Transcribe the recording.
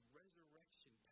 resurrection